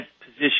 position